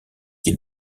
qui